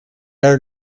are